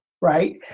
Right